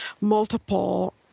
multiple